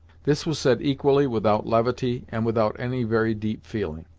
this was said equally without levity and without any very deep feeling.